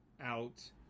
out